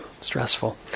stressful